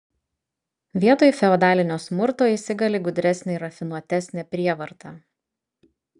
vietoj feodalinio smurto įsigali gudresnė ir rafinuotesnė prievarta